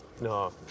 No